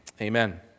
Amen